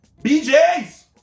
BJ's